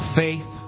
faith